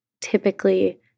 typically